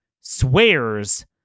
swears